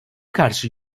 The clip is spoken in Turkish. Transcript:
karşı